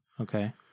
Okay